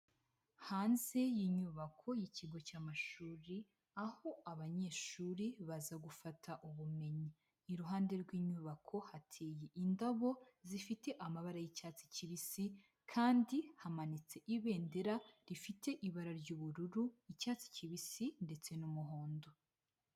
Hanze y'inyubako y'ikigo cy'amashuri aho abanyeshuri baza gufata ubumenyi, iruhande rw'inyubako hateye indabo zifite amabara y'icyatsi kibisi kandi hamanitse ibendera rifite ibara ry'ubururu, icyatsi kibisi ndetse n'umuhondo.